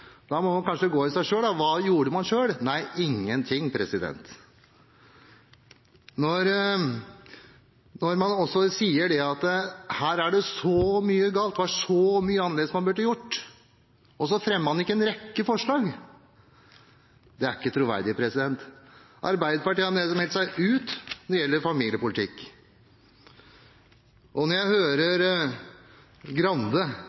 Da må man kanskje gå i seg selv. Hva gjorde man selv? Nei, ingen ting. Og man sier at her er det så mye galt, det er så mye man burde gjort annerledes, og så fremmer man ikke en rekke forslag. Det er ikke troverdig. Arbeiderpartiet har meldt seg ut når det gjelder familiepolitikk. Og når jeg hører Grande